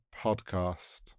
podcast